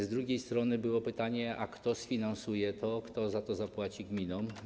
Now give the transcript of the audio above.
Z drugiej strony było pytanie o to, kto to sfinansuje, kto za to zapłaci gminom.